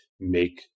make